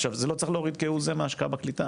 עכשיו זה לא צריך להוריד כהוא זה מההשקעה בקליטה.